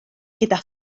gyda